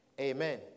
Amen